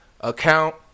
account